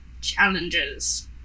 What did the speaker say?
challenges